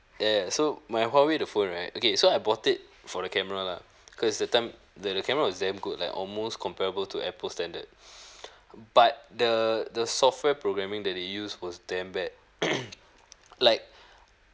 yeah yeah so my huawei the phone right okay so I bought it for the camera lah because that time that the camera was damn good like almost comparable to apple's standard but the the software programming that they use was damn bad like